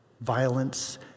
Violence